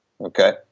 okay